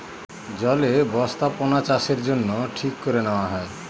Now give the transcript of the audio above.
জলে বস্থাপনাচাষের জন্য ঠিক করে নেওয়া হয়